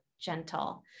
gentle